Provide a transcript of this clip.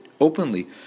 openly